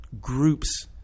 groups